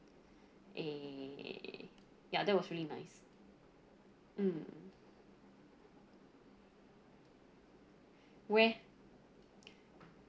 eh ya that was really nice mm where